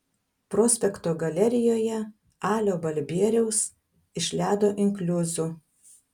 prospekto galerijoje alio balbieriaus iš ledo inkliuzų